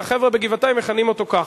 החבר'ה בגבעתיים מכנים אותו כך,